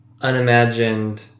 unimagined